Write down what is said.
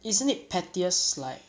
isn't it pettiest like